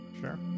Sure